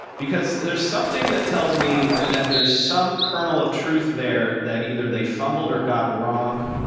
because there's something that tells me that there's some kernel of truth there that either they fumbled or got wrong.